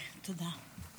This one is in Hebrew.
תודה.